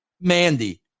Mandy